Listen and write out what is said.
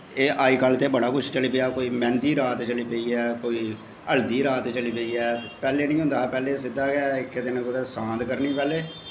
एह् अज्ज कल ते बड़ा कुछ चली पेआ कोई मैंह्दी रात चली पेई ऐ कोई हल्दी रात चली पेई ऐ ते पैह्लें निं होंदा हा पैह्लें सिद्धा गै इक्कै दिन कुदै सांत करनी पैह्लें